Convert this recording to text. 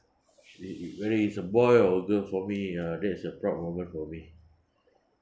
usually if whether it's a boy or girl for me uh that is a proud moment for me